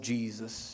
Jesus